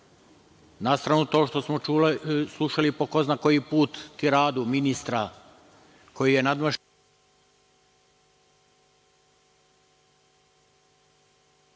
Na stranu to što smo slušali po ko zna koji put tiradu ministra koji je nadmašio